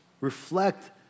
reflect